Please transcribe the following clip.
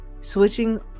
Switching